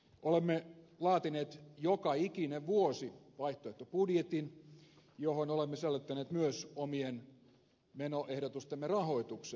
olemme laatineet joka ikinen vuosi vaihtoehtobudjetin johon olemme sisällyttäneet myös omien menoehdotustemme rahoituksen